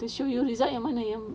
to show you results yang mana yang